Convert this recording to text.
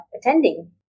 attending